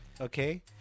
okay